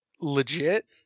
Legit